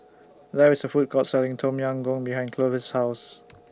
There IS A Food Court Selling Tom Yam Goong behind Clovis' House